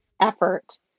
effort